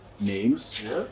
names